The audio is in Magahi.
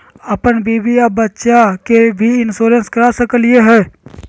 अपन बीबी आ बच्चा के भी इंसोरेंसबा करा सकली हय?